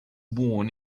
worn